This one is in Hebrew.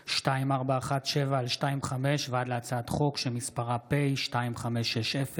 פ/2417/25 וכלה בהצעת חוק פ/2560/25: